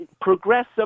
progressive